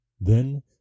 Then